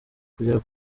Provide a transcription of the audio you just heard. kugera